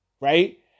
right